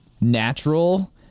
natural